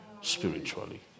Spiritually